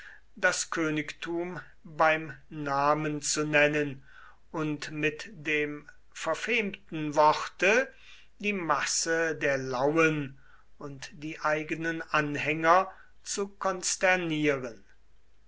das königtum beim namen zu nennen und mit dem verfemten worte die masse der lauen und die eigenen anhänger zu konsternieren